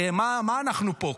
הרי מה אנחנו פה?